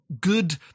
good